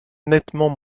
nettement